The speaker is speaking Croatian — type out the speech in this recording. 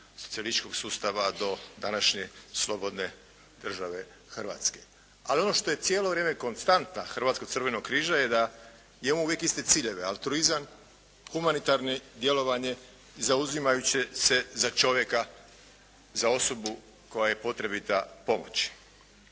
socijalističkog sustava do današnje slobodne države Hrvatske. Ali ono što je cijelo vrijeme konstanta Hrvatskog crvenog križa je imao uvijek iste ciljeve, altruizam, humanitarno djelovanje zauzimajući se za čovjeka, za osobu kojoj je potrebita pomoć.